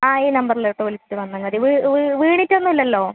ആ ഈ നമ്പറിലോട്ട് വിളിച്ച് വന്നാൽ മതി വീണിട്ടൊന്നുമില്ലല്ലോ